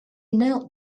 knelt